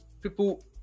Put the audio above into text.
people